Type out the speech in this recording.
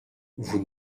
vous